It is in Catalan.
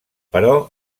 però